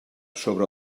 sobre